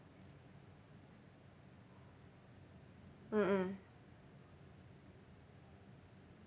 mm mm